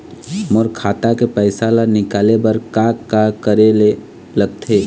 मोर खाता के पैसा ला निकाले बर का का करे ले लगथे?